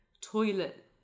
toilet